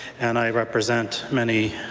and i represent many